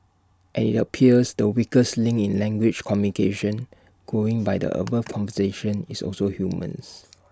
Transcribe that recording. and IT appears the weakest link in language communication going by the above conversation is also humans